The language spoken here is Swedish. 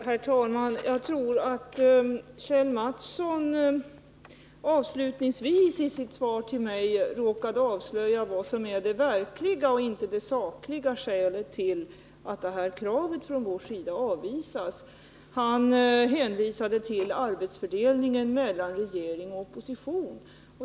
Herr talman! Jag tror att Kjell Mattsson i slutet av sin replik råkade avslöja det verkliga skälet till att vårt krav avvisas. Han hänvisade till arbetsfördelningen mellan regering och opposition.